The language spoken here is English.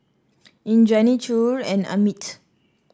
Indranee Choor and Amit